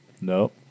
Nope